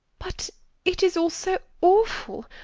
but it is all so awful.